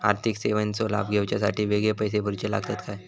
आर्थिक सेवेंचो लाभ घेवच्यासाठी वेगळे पैसे भरुचे लागतत काय?